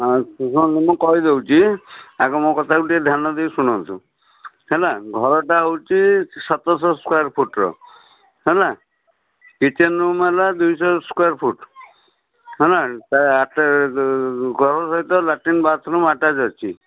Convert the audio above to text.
ମୁଁ କହିଦେଉଛି ଆଗ ମୋ କଥାକୁ ଟିକେ ଧ୍ୟାନ ଦେଇ ଶୁଣନ୍ତୁ ହେଲା ଘରଟା ହେଉଛି ସତର ଶହ ସ୍କୋୟାର୍ ଫୁଟ୍ର ହେଲା କିଚେନ୍ ରୁମ୍ ହେଲା ଦୁଇଶହ ସ୍କୋୟାର ଫୁଟ୍ ହେଲା ଘର ସହିତ ଲାଟ୍ରିନ୍ ବାଥ୍ରୁମ ଆଟାଚ୍ ଅଛି